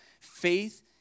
faith